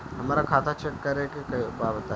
हमरा खाता चेक करे के बा बताई?